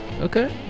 okay